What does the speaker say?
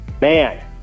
Man